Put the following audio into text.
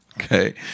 Okay